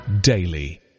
daily